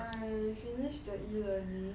I finish the E learning